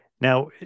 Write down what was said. Now